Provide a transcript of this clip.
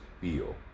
feel